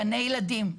גני ילדים,